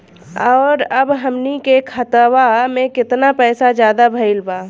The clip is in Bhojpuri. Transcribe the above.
और अब हमनी के खतावा में कितना पैसा ज्यादा भईल बा?